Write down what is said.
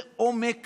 זה עומק